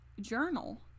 journal